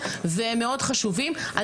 ולכן מה שאני רוצה לבקש זה רק שני דברים, אני לא